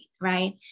right